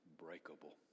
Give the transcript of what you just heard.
unbreakable